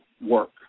work